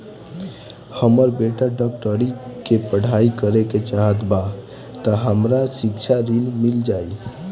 हमर बेटा डाक्टरी के पढ़ाई करेके चाहत बा त हमरा शिक्षा ऋण मिल जाई?